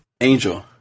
Angel